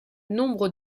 nombre